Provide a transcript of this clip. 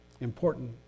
important